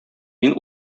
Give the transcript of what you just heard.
мин